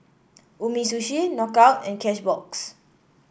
Umisushi Knockout and Cashbox